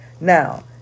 Now